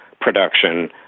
production